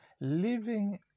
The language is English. living